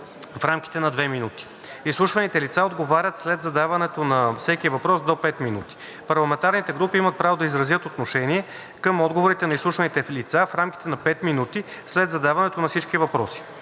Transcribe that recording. в рамките на 2 минути. Изслушваните лица отговарят след задаването на всеки въпрос до 5 минути. Парламентарните групи имат право да изразят отношение към отговорите на изслушваните лица в рамките на 5 минути след задаването на всички въпроси.